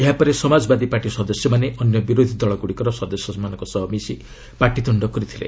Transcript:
ଏହାପରେ ସମାଜବାଦୀ ପାର୍ଟି ସଦସ୍ୟମାନେ ଅନ୍ୟ ବିରୋଧୀଦଳଗୁଡ଼ିକର ସଦସ୍ୟମାନଙ୍କ ସହ ମିଶି ପାଟିତୁଣ୍ଡ କରିଥିଲେ